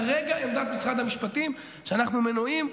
כרגע עמדת משרד המשפטים היא שאנחנו מנועים.